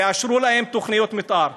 תאשרו להם תוכניות מתאר.